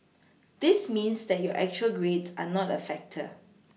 this means that your actual grades are not a factor